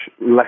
less